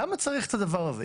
למה צריך את הדבר הזה?